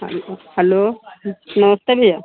hello hello नमस्ते भैया